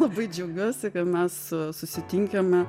labai džiaugiuosi kad mes susitinkame